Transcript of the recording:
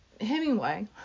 Hemingway